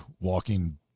walking